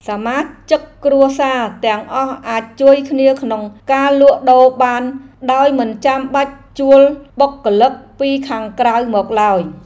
សមាជិកគ្រួសារទាំងអស់អាចជួយគ្នាក្នុងការលក់ដូរបានដោយមិនចាំបាច់ជួលបុគ្គលិកពីខាងក្រៅមកឡើយ។